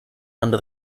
under